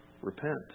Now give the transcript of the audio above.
repent